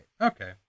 Okay